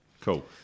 Cool